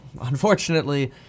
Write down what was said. Unfortunately